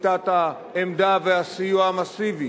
נקיטת העמדה והסיוע המסיבי